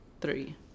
three